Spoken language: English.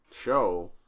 show